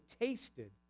tasted